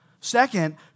Second